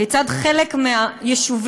כיצד חלק מהיישובים,